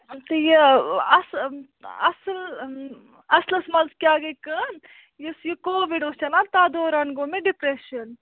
تہٕ یہِ اَصہ اَصٕل اَصلَس منٛز کیٛاہ گٔے کٲم یُس یہِ کووِڈ اوس چَلان تَتھ دوران گوٚو مےٚ ڈِپرٛٮ۪شَن